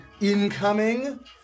Incoming